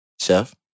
Chef